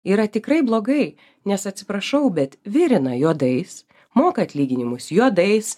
yra tikrai blogai nes atsiprašau bet virina juodais moka atlyginimus juodais